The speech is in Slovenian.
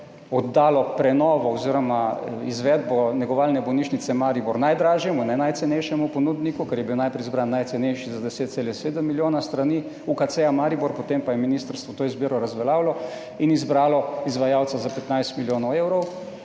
oddalo prenovo oziroma izvedbo negovalne bolnišnice Maribor najdražjemu, ne najcenejšemu ponudniku, ker je bil najprej izbran najcenejši za 10,7 milijona s strani UKC Maribor, potem pa je ministrstvo to izbiro razveljavilo in izbralo izvajalca za 15 milijonov evrov.